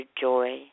joy